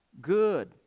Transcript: good